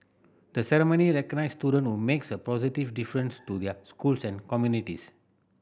the ceremony recognises student who makes a positive difference to their schools and communities